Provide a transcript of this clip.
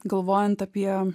galvojant apie